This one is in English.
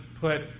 put